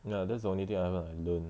ya that's the only thing I haven't like learn